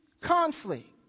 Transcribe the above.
conflict